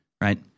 right